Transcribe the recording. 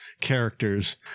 characters